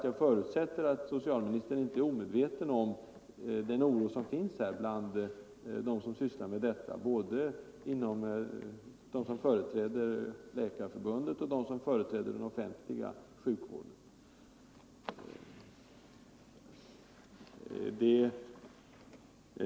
Jag förutsätter som sagt att socialministern inte är omedveten om den oro som finns bland dem som sysslar med preventivmedelsrådgivning, både de som företräder Sveriges läkarförbund och de som företräder den offentliga sjukvården.